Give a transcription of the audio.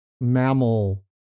mammal